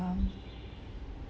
um